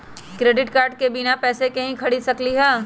Credit card से बिना पैसे के ही खरीद सकली ह?